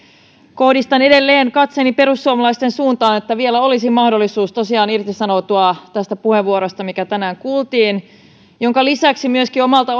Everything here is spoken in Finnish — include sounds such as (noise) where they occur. kohdistan edelleen katseeni perussuomalaisten suuntaan että vielä olisi mahdollisuus tosiaan irtisanoutua tästä puheenvuorosta mikä tänään kuultiin minkä lisäksi omalta (unintelligible)